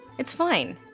it's fine.